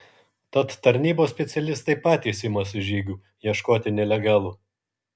tad tarnybos specialistai patys imasi žygių ieškoti nelegalų